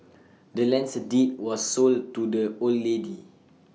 the land's deed was sold to the old lady